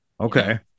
Okay